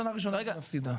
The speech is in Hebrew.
זה לא שנה ראשונה שהיא מפסידה.